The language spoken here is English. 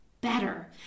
better